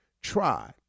try